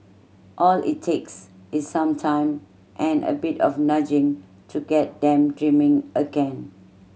all it takes is some time and a bit of nudging to get them dreaming again